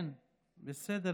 דוד,